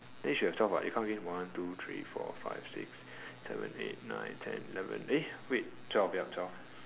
then you should have twelve what you count again one two three four five six seven eight nine ten eleven eh wait twelve ya twelve